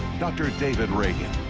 dr. david reagan.